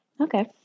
Okay